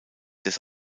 des